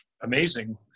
amazing